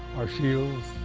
our shields.